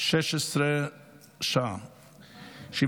שהוא